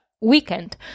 weekend